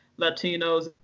Latinos